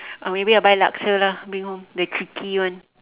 or maybe I buy laksa lah take home the chicky one